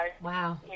Wow